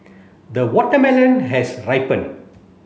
the watermelon has ripened